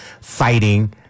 fighting